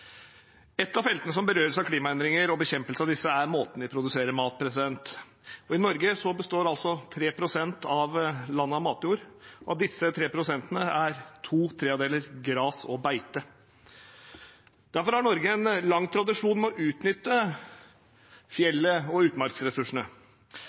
Et av feltene som berøres av klimaendringer og bekjempelsen av disse, er måten vi produserer mat på. I Norge består 3 pst. av landarealet av matjord, og av disse 3 pst. er to tredjedeler gras og beite. Derfor har Norge en lang tradisjon med å utnytte